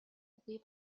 үгүй